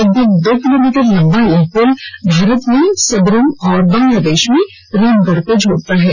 लगभग दो किलोमीटर लम्बा यह पुल भारत में सबरूम और बंगलादेश में रामगढ़ को जोड़ता है